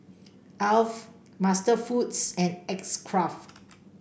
Alf MasterFoods and X Craft